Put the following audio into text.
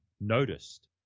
noticed